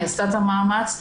היא עשתה את המאמץ.